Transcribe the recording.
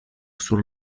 sur